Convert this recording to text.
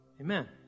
Amen